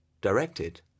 Directed